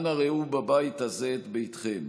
אנא ראו בבית הזה את ביתכם,